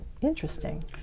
interesting